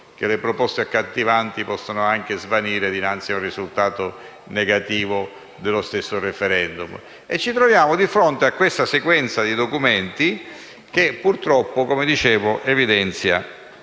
che le proposte accattivanti possono anche svanire dinanzi a un risultato negativo dello stesso *referendum*. Ci troviamo di fronte a questa sequenza di documenti che purtroppo evidenza